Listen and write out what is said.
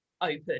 open